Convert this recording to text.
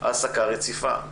העסקה רציפה.